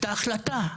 הייתה החלטה,